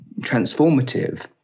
transformative